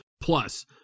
Plus